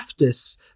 leftists